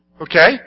Okay